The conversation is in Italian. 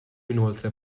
inoltre